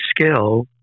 skill